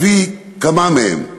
אביא כמה מהן: